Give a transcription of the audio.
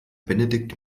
benedikt